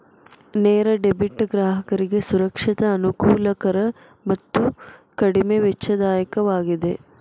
ನೇರ ಡೆಬಿಟ್ ಗ್ರಾಹಕರಿಗೆ ಸುರಕ್ಷಿತ, ಅನುಕೂಲಕರ ಮತ್ತು ಕಡಿಮೆ ವೆಚ್ಚದಾಯಕವಾಗಿದೆ